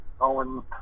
Owen